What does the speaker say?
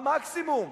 במקסימום,